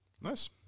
Nice